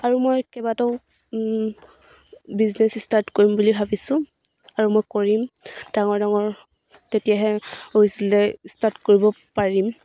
আৰু মই কেইবাটাও বিজনেছ ষ্টাৰ্ট কৰিম বুলি ভাবিছোঁ আৰু মই কৰিম ডাঙৰ ডাঙৰ তেতিয়াহে হৈছিলে ষ্টাৰ্ট কৰিব পাৰিম